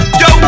yo